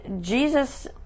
Jesus